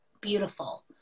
beautiful